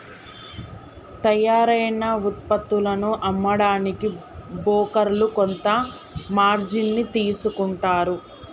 తయ్యారైన వుత్పత్తులను అమ్మడానికి బోకర్లు కొంత మార్జిన్ ని తీసుకుంటారు